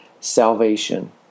salvation